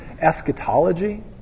eschatology